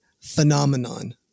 phenomenon